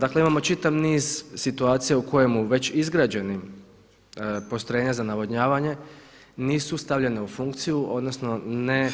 Dakle imamo čitav niz situacija u kojemu već izgrađenim, postrojenja za navodnjavanje nisu stavljena u funkciju odnosno ne